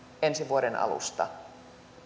ensi vuoden alusta